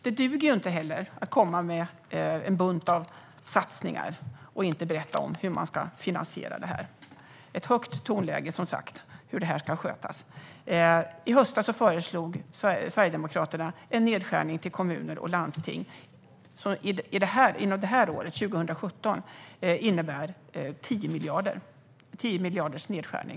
Det duger inte heller att komma med en bunt av satsningar och inte berätta hur de ska finansiera det. Det är som sagt ett högt tonläge om hur det ska skötas. I höstas föreslog Sverigedemokraterna en nedskärning till kommuner och landsting som under detta år 2017 innebär en nedskärning med 10 miljarder på vården.